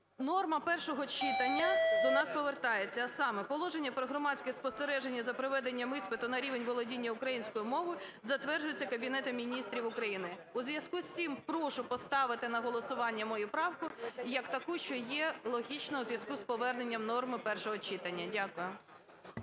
норма першого читання до нас повертається. А саме: "Положення про громадське спостереження за проведенням іспиту на рівень володіння українською мовою затверджується Кабінетом Міністрів України". У зв'язку з цим прошу поставити на голосування мою правку як таку, що є логічна у зв'язку з поверненням норми першого читання. Дякую.